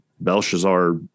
Belshazzar